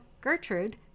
Gertrude